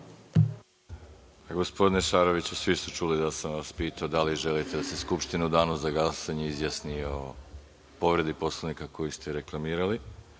Gospodine Šaroviću, svi su čuli da sam vas pitao da li želite da se Skupština u danu za glasanje izjasni o povredi Poslovnika koju ste reklamirali.